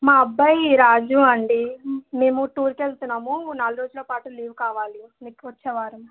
మా అబ్బాయి రాజు అండి మేము టూర్కు వెళ్తున్నాము నాలుగు రోజులు పాటు లీవ్ కావలి నెక్స్ట్ వచ్చే వారం